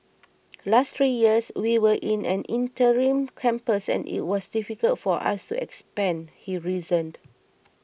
last three years we were in an interim campus and it was difficult for us to expand he reasoned